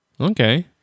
Okay